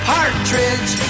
Partridge